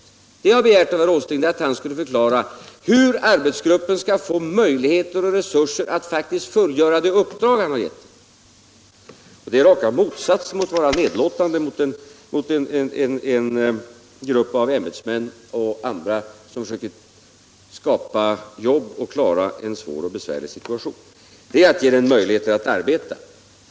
Vad jag har begärt av herr Åsling är att han skulle förklara hur arbetsgruppen skall få möjligheter och resurser att faktiskt fullgöra det uppdrag han har gett den. Det är raka motsatsen till att vara nedlåtande mot en grupp ämbetsmän och andra som försöker att skapa jobb och klara upp en svår och besvärlig situation. Det är att ge den möjligheter att arbeta.